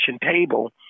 table